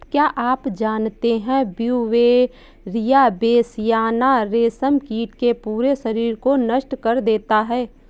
क्या आप जानते है ब्यूवेरिया बेसियाना, रेशम कीट के पूरे शरीर को नष्ट कर देता है